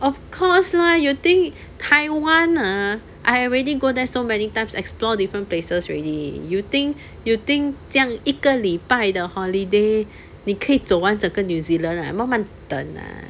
of course lah you think taiwan ah I already go there so many times explore different places already you think you think 这样一个礼拜的 holiday 你可以走完整个 new zealand ah 慢慢等啊